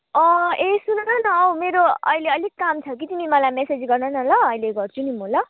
अँ ए सुनन अँ मेरो अहिले अलिक काम छ कि तिमी मलाई म्यासेज गरन ल अहिले गर्छु नि म ल